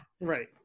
Right